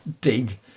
dig